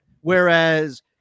Whereas